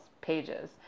pages